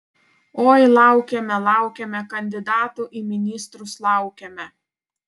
oi laukėme laukėme kandidatų į ministrus laukėme